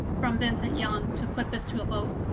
from vincent young to put this to a vote.